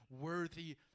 worthy